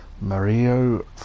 Mario